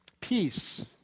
peace